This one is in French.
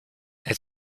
elle